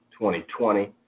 2020